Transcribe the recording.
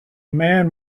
man